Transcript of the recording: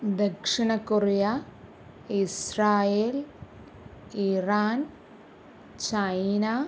ദക്ഷണ Korea Israel Iran China